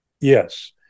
Yes